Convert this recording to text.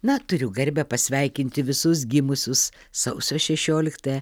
na turiu garbę pasveikinti visus gimusius sausio šešioliktąją